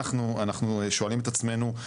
אנחנו שואלים את עצמנו,